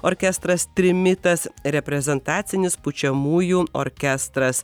orkestras trimitas reprezentacinis pučiamųjų orkestras